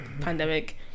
pandemic